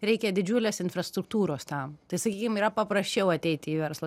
reikia didžiulės infrastruktūros tam tai sakykim yra paprasčiau ateiti į verslo